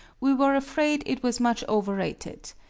we were afraid it was much over-rated.